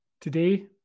today